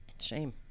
Shame